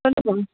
சொல்லுங்கள்